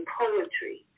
poetry